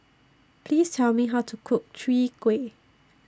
Please Tell Me How to Cook Chwee Kueh